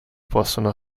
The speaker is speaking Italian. possono